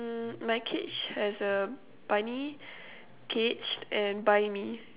mm my cage has a bunny cage and buy me